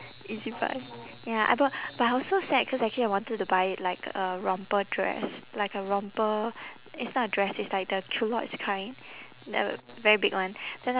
ezbuy ya I bought but it was so sad because actually I wanted to buy like a romper dress like a romper it's not a dress it's like the culottes kind nev~ very big one then af~